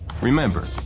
Remember